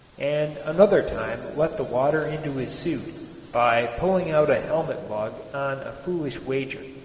and another time let the water into his suit by pulling out a helmet lug on a foolish wager.